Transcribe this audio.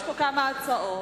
יש פה כמה הצעות.